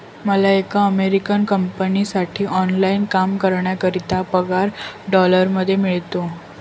मला एका अमेरिकन कंपनीसाठी ऑनलाइन काम करण्याकरिता पगार डॉलर मध्ये मिळतो